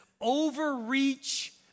overreach